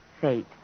Fate